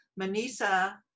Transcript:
Manisa